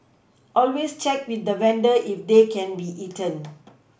always check with the vendor if they can be eaten